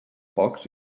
pocs